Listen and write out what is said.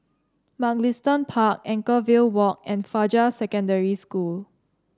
Mugliston Park Anchorvale Walk and Fajar Secondary School